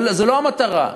זאת לא המטרה.